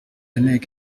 inteko